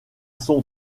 son